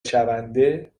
شونده